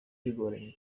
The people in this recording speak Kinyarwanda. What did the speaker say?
bigoranye